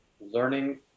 learning